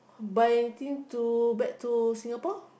buy thing to back to Singapore